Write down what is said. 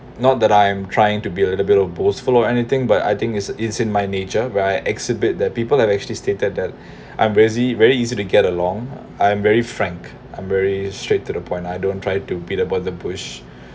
not that I am trying to be a little bit of boastful or anything but I think it's it's in my nature where I exhibit that people have actually stated that I’m very very easy to get along I’m very frank I'm very straight to the point I don't try to beat about the bush